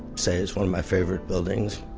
say it's one of my favorite buildings.